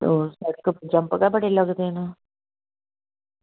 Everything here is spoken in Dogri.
होर जंप गै बड़े लगदे न